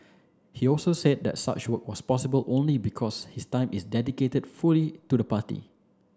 he also said that such work was possible only because his time is dedicated fully to the party